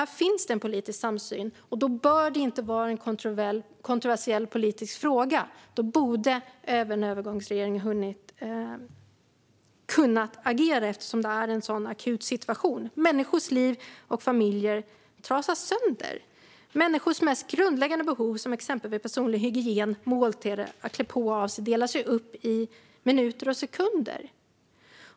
Här finns det en politisk samsyn, och då bör det inte vara en kontroversiell politisk fråga. Då borde även en övergångsregering ha kunnat agera, eftersom det är en akut situation. Människors liv och familjer trasas sönder. Människors mest grundläggande behov - det handlar exempelvis om personlig hygien, om måltider och om på och avklädning - delas upp i minuter och sekunder.